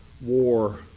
war